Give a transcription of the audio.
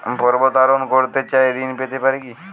পর্বত আরোহণ করতে চাই ঋণ পেতে পারে কি?